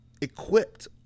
equipped